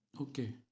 Okay